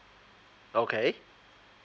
okay